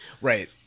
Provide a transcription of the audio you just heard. right